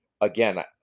again